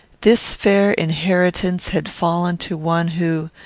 this fair inheritance had fallen to one who,